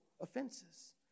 offenses